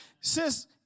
Says